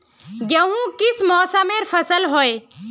गेहूँ किस मौसमेर फसल होय?